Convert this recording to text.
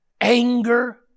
anger